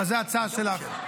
אבל זו החלטה שלך.